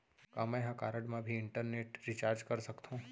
का मैं ह कारड मा भी इंटरनेट रिचार्ज कर सकथो